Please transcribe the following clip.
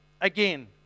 again